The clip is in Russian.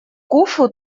куффу